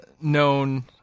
known